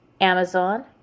Amazon